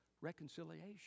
reconciliation